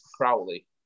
Crowley